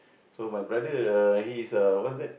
so my brother uh he's uh what's that